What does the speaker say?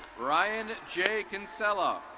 ryan j kinsella,